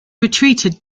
retreated